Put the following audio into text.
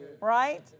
right